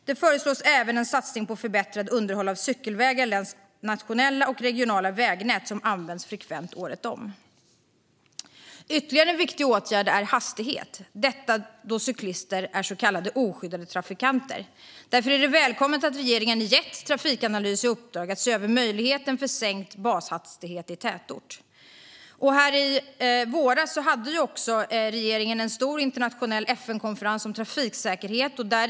Det föreslås även en satsning på förbättrat underhåll av cykelvägar längs nationella och regionala vägnät som används frekvent året om. Ytterligare en viktig åtgärd gäller hastigheten eftersom cyklister är så kallade oskyddade trafikanter. Därför är det välkommet att regeringen har gett Trafikanalys i uppdrag att se över möjligheten för sänkt bashastighet i tätort. I våras stod regeringen också värd för en stor internationell FN-konferens om trafiksäkerhet.